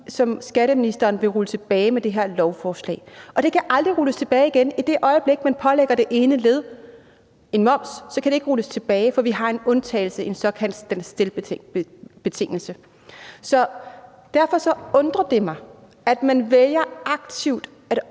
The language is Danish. som skatteministeren vil rulle tilbage med det her lovforslag. Og det kan aldrig rulles tilbage igen. I det øjeblik, man pålægger det ene led moms, kan det ikke rulles tilbage, for vi har en undtagelse, en såkaldt stand still-betingelse. Derfor undrer det mig, at man vælger aktivt at